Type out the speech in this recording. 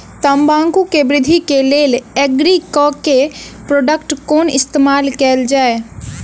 तम्बाकू केँ वृद्धि केँ लेल एग्री केँ के प्रोडक्ट केँ इस्तेमाल कैल जाय?